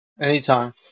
Anytime